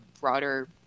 broader